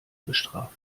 bestraft